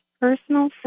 personal